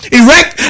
erect